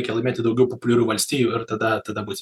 reikia laimėti daugiau populiarių valstijų ir tada tada busi